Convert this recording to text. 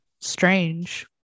Strange